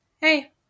Hey